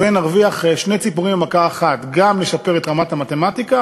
ונרוויח שתי ציפורים במכה אחת: גם נשפר את רמת המתמטיקה,